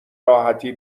راحتی